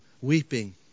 weeping